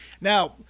now